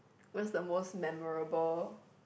what's the most memorable